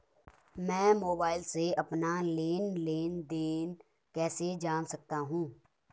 मैं मोबाइल से अपना लेन लेन देन कैसे जान सकता हूँ?